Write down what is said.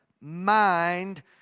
mind